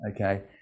okay